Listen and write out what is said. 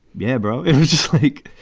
yeah, bro, it was just like,